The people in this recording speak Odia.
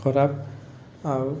ଖରାପ ଆଉ